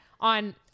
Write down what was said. on